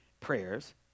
prayers